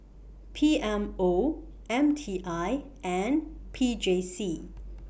P M O M T I and P J C